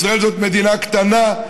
ישראל זאת מדינה קטנה,